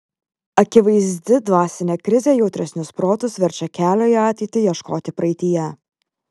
akivaizdi dvasinė krizė jautresnius protus verčia kelio į ateitį ieškoti praeityje